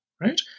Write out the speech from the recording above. right